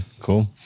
cool